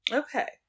okay